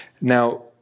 Now